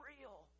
real